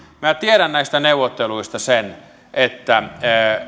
minä tiedän näistä neuvotteluista sen että